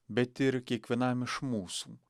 bet ir kiekvienam iš mūsų